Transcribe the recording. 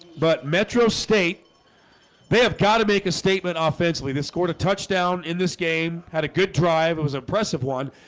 but metro state they have got to make a statement offensively this scored a touchdown in this game. had a good drive it was a impressive one,